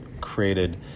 created